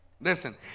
Listen